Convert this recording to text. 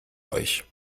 euch